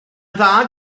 dda